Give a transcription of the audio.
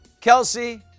Kelsey